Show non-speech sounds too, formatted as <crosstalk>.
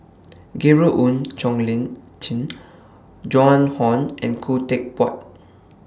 Gabriel Oon Chong Lin Jin <noise> Joan Hon and Khoo Teck Puat